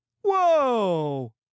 whoa